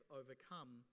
overcome